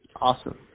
Awesome